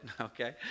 okay